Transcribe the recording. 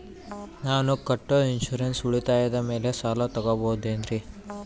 ನಾನು ಕಟ್ಟೊ ಇನ್ಸೂರೆನ್ಸ್ ಉಳಿತಾಯದ ಮೇಲೆ ಸಾಲ ತಗೋಬಹುದೇನ್ರಿ?